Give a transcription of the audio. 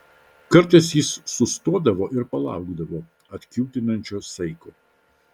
kartais jis sustodavo ir palaukdavo atkiūtinančio saiko